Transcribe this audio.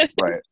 Right